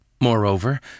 Moreover